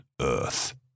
earth